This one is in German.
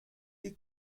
die